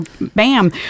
Bam